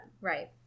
right